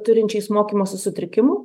turinčiais mokymosi sutrikimų